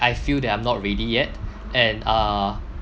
I feel that I'm not ready yet and uh